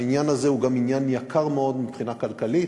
העניין הזה גם יקר מאוד מבחינה כלכלית,